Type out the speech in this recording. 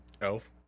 Elf